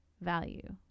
value